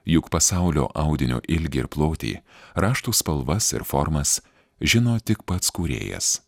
juk pasaulio audinio ilgį ir plotį raštų spalvas ir formas žino tik pats kūrėjas